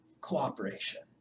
cooperation